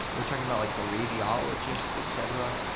and we're talking about like the radiologists, et cetera,